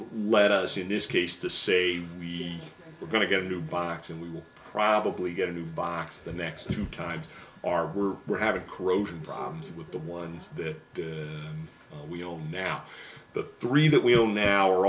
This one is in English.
led us in this case to say we're going to get a new box and we will probably get a new box the next two times are were we have a corrosion problems with the ones that we all now the three that we all now are